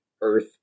Earth